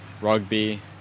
rugby